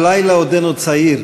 הלילה עודנו צעיר.